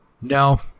No